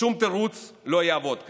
שום תירוץ לא יעבוד כאן.